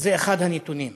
זה אחד הנתונים.